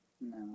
No